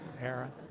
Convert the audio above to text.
aaron,